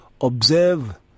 observe